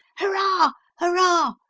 hurrah! hurrah!